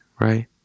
right